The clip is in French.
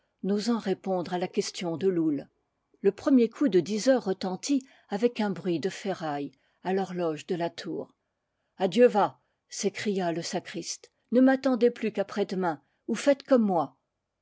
hésitante n'osant répondre à la question de loull le premier coup de dix heures retentit avec un bruit de ferraille à l'horloge de la tour a dieu va s'écria le sacriste ne m'attendez plus qu'a près demain ou faites comme moi